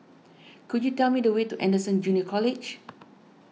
could you tell me the way to Anderson Junior College